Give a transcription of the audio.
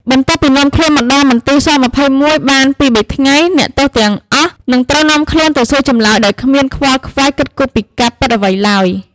បន្ទាប់ពីនាំខ្លួនមកដល់មន្ទីរ ស-២១ បានពីរ-បីថ្ងៃ អ្នកទោសទាំងអស់នឹងត្រូវនាំខ្លួនទៅសួរចម្លើយដោយគ្មានខ្វល់ខ្វាយគិតគូរពីការពិតអ្វីឡើយ ។